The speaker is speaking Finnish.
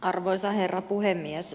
arvoisa herra puhemies